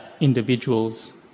individuals